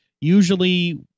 usually